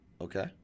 Okay